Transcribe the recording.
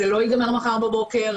זה לא ייגמר מחר בבוקר,